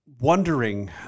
wondering